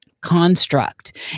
construct